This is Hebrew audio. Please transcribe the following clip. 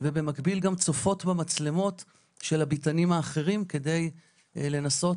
ובמקביל גם צופות במצלמות של הביתנים האחרים כדי לנסות,